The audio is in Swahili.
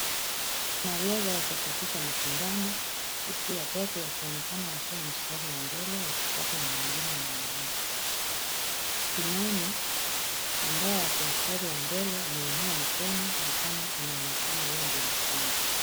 Wanariadha wako katika masindano, huku watatu wakionekana wakiwa mstari wa mbele wakifuatwa na wengine nyuma yao. Kimani ambaye ako mstari wa mbele ameinua mkono ni kama anaonekana yeye ndiye mshindi.